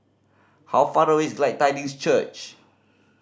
how far away is Tidings Church